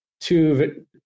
two